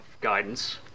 guidance